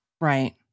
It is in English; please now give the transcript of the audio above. Right